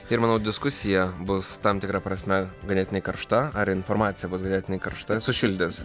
ir manau diskusija bus tam tikra prasme ganėtinai karšta ar informacija bus ganėtinai karšta sušildys